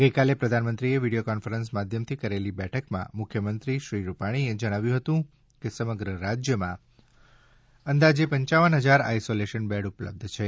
ગઇકાલે પ્રધાનમંત્રીએ video conference માધ્યમ થી કરેલી બેઠકમાં મુખ્યમંત્રી શ્રી વિજય રૂપાણીએ જણાવ્યું હતું કે સમગ્ર રાજ્યમાં અંદાજે પપ હજાર આઇસોલેશન બેડ ઉપલબ્ધ છે